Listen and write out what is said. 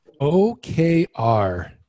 OKR